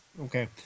Okay